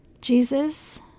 Jesus